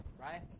right